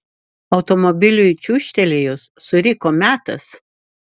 automobiliui čiūžtelėjus suriko metas